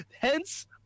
hence